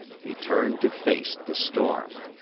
he turned to face the storm.